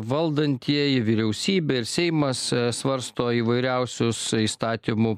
valdantieji vyriausybė ir seimas svarsto įvairiausius įstatymų